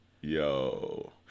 Yo